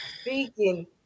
speaking